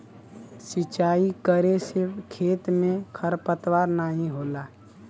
सिंचाई करे से खेत में खरपतवार नाहीं होला